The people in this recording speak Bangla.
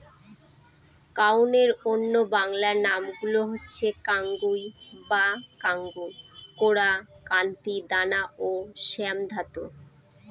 কাউনের অন্য বাংলা নামগুলো হচ্ছে কাঙ্গুই বা কাঙ্গু, কোরা, কান্তি, দানা ও শ্যামধাত